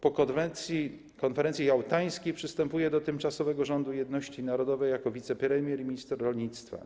Po konferencji jałtańskiej przystępuje do Tymczasowego Rządu Jedności Narodowej jako wicepremier i minister rolnictwa.